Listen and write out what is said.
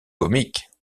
comiques